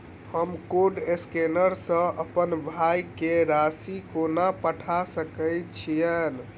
हम code scanner सँ अप्पन भाय केँ राशि कोना पठा सकैत छियैन?